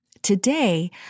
Today